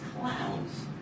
clowns